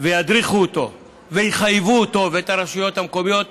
וידריכו אותו ויחייבו אותו ואת הרשויות המקומיות.